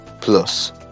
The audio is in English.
Plus